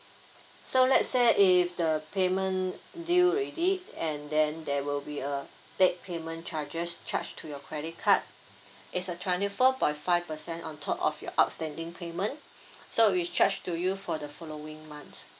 so let's say if the payment due already and then there will be a late payment charges charged to your credit card it's a twenty four point five percent on top of your outstanding payment so we charge to you for the following month